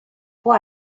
può